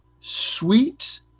sweet